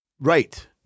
right